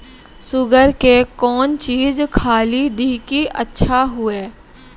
Sugar के कौन चीज खाली दी कि अच्छा हुए?